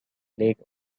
lake